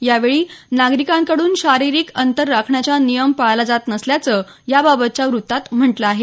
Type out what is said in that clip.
यावेळी नागरिकांकड्रन शारिरिक अंतर राखण्याचा नियम पाळला जात नसल्याचं याबाबतच्या वृत्तात म्हटल आहे